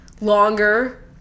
longer